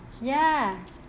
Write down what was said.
ya